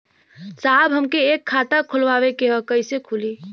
साहब हमके एक खाता खोलवावे के ह कईसे खुली?